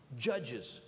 Judges